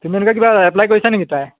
তুমি এনেকৈ কিবা এপ্লাই কৰিছা নেকি তাৰে